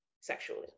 sexually